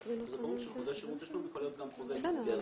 זה ברור שחוזה שירות תשלום יכול להיות גם חוזה מסגרת.